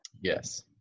Yes